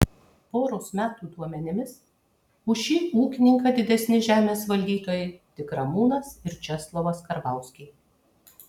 poros metų duomenimis už šį ūkininką didesni žemės valdytojai tik ramūnas ir česlovas karbauskiai